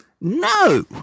no